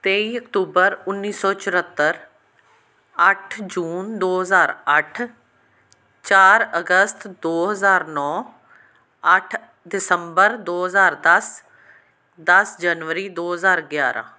ਤੇਈ ਅਕਤੂਬਰ ਉੱਨੀ ਸੌ ਚੁਹੱਤਰ ਅੱਠ ਜੂਨ ਦੋ ਹਜ਼ਾਰ ਅੱਠ ਚਾਰ ਅਗਸਤ ਦੋ ਹਜ਼ਾਰ ਨੌ ਅੱਠ ਦਸੰਬਰ ਦੋ ਹਜ਼ਾਰ ਦਸ ਦਸ ਜਨਵਰੀ ਦੋ ਹਜ਼ਾਰ ਗਿਆਰਾਂ